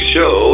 Show